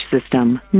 system